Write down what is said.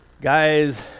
guys